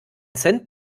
cent